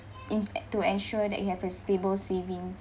in fact to ensure that you have a stable saving